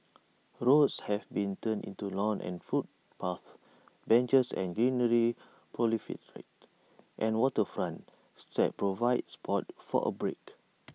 roads have been turned into lawns and footpaths benches and greenery proliferate and waterfront steps provide spots for A break